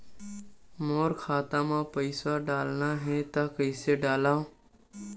मोर खाता म पईसा डालना हे त कइसे डालव?